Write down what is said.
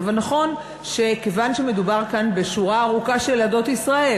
אבל נכון שכיוון שמדובר כאן בשורה ארוכה של עדות ישראל,